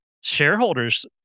Shareholders